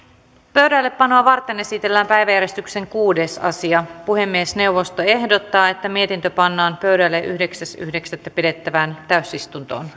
pöydällepanoa varten esitellään päiväjärjestyksen kuudes asia puhemiesneuvosto ehdottaa että mietintö pannaan pöydälle yhdeksäs yhdeksättä kaksituhattaviisitoista pidettävään täysistuntoon